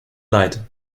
light